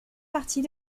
partie